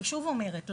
אני שוב אומרת,